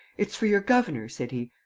it's for your governor said he.